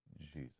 Jesus